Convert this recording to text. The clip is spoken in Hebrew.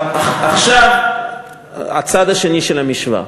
עכשיו, הצד השני של המשוואה.